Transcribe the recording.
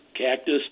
cactus